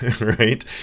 right